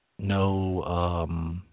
No